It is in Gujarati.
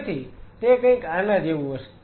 તેથી તે કંઈક આના જેવું હશે